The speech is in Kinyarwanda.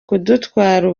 kudutwara